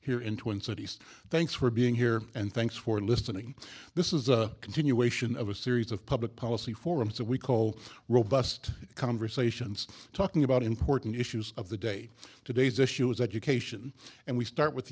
here in twin cities thanks for being here and thanks for listening this is a continuation of a series of public policy forum so we call robust conversations talking about important issues of the day today's issue is education and we start with